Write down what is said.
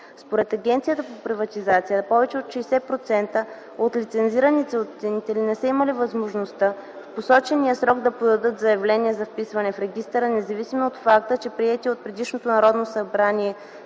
Според Агенцията по приватизация повече от 60% от лицензираните оценители не са имали възможността в посочения срок да подадат заявление за вписване в регистъра, независимо от факта, че приетия от предишното Народно събрание